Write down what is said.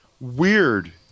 Weird